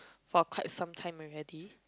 for quite some time already